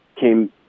came